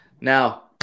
Now